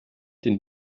den